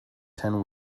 ten